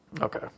Okay